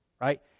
right